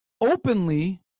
openly